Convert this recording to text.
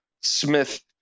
Smith